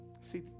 See